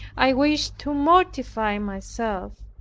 i wished to mortify myself,